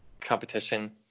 competition